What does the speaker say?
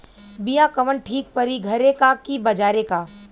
बिया कवन ठीक परी घरे क की बजारे क?